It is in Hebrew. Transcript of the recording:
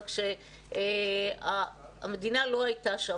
רק שהמדינה לא הייתה שם.